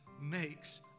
makes